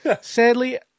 Sadly